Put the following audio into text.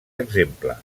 exemple